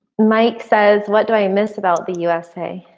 mike says, what do i miss about the usa?